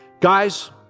Guys